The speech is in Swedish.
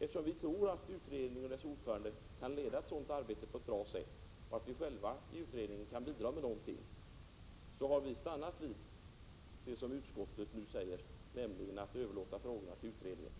Eftersom vi tror att utredningen under ledning av sin ordförande kan utföra ett sådant arbete på ett bra sätt och att vi själva i utredningen kan bidra med någonting, har vi stannat vid det som utskottet nu säger, nämligen att överlåta frågorna till utredningen.